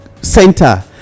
center